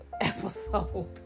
episode